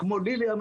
כמו על לילי,